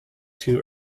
too